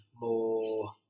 more